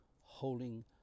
holding